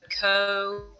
Co